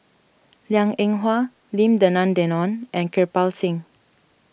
Liang Eng Hwa Lim Denan Denon and Kirpal Singh